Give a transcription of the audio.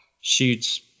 shoots